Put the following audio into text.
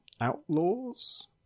Outlaws